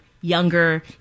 younger